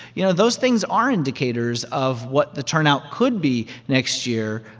you know, those things are indicators of what the turnout could be next year.